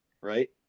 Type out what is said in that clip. Right